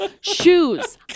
shoes